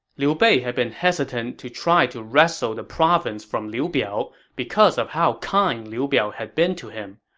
liu bei had been hesitant to try to wrestle the province from liu biao because of how kind liu biao had been to him.